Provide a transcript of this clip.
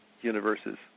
universes